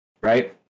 right